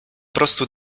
prostu